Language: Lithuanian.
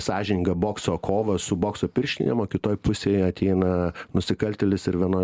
sąžiningą bokso kovą su bokso pirštinėm o kitoj pusėj ateina nusikaltėlis ir vienoj